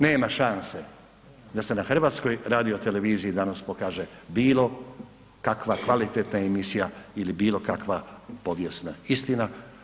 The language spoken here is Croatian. Nema šanse da se na HRT-u pokaže bilo kakva kvalitetna emisija ili bilo kakva povijesna istina.